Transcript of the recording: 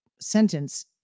sentence